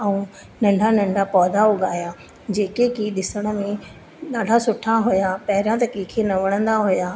ऐं नंढा नंढा पौधा उगाया जेके की ॾिसण में ॾाढा सुठा हुया पहिरियां त कंहिंखे न वणंदा हुया